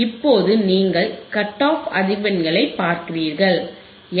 இப்போது நீங்கள் cut off அதிர்வெண்களை பார்க்கிறீர்கள் எஃப்